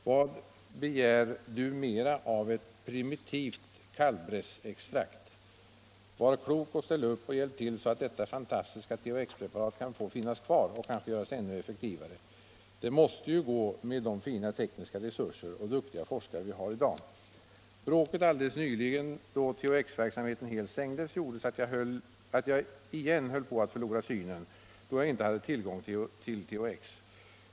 Vad begär Du mera av ett primitivt kalvbrässextrakt? Var klok, ställ upp och hjälp till så att detta fantastiska THX-preparat kan få finnas kvar och kanske göras ännu effektivare! Det måste ju gå med de fina tekniska resurser och duktiga forskare vi har i dag. Bråket alldeles nyligen — då THX-verksamheten helt stängdes — gjorde att jag igen höll på att förlora synen, då jag inte hade tillgång till THX.